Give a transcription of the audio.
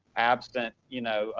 absent, you know, ah